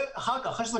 זה אחר כך, אחרי השיחה.